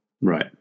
right